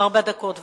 כמה זמן אשראי?